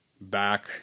back